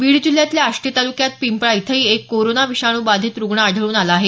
बीड जिल्ह्यातल्या आष्टी तालुक्यात पिंपळा इथंही एक कोरोना विषाणू बाधित रुग्ण आढळून आला आहे